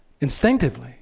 instinctively